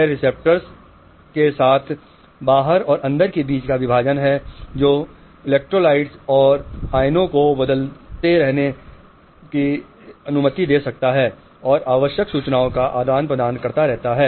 यह रिसेप्टर्स के साथ बाहर और अंदर के बीच का विभाजन है जो इलेक्ट्रोलाइट्स और आयनों को बदलते रहने की अनुमति दे सकता है और आवश्यक सूचनाओं का आदान प्रदान करता रहता है